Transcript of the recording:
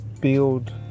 build